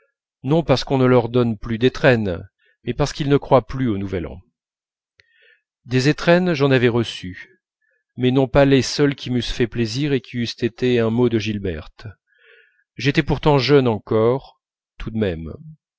non parce qu'on ne leur donne plus d'étrennes mais parce qu'ils ne croient plus au nouvel an des étrennes j'en avais reçu mais non pas les seules qui m'eussent fait plaisir et qui eussent été un mot de gilberte j'étais pourtant jeune encore tout de même